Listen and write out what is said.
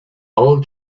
all